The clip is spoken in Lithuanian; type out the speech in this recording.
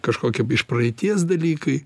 kažkokie iš praeities dalykai